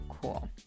cool